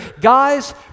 Guys